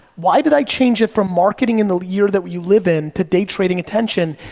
why did i change it from marketing in the year that we live in to day trading attention,